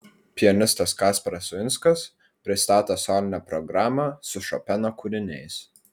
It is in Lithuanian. pianistas kasparas uinskas pristato solinę programą su šopeno kūriniais